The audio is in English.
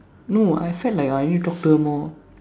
no I felt like I need talk to her more